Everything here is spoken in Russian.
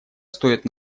стоит